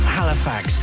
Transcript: Halifax